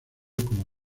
como